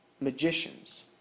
magicians